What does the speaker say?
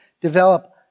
develop